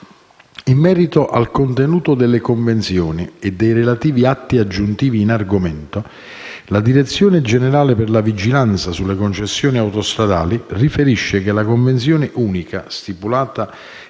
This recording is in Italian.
in merito al contenuto delle convenzioni e dei relativi atti aggiuntivi in argomento, la Direzione generale per la vigilanza sulle concessionarie autostradali riferisce che la convenzione unica stipulata il